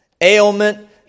ailment